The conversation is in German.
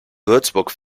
würzburg